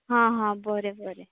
हां हां बरें बरें